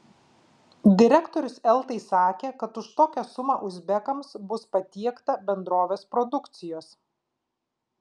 direktorius eltai sakė kad už tokią sumą uzbekams bus patiekta bendrovės produkcijos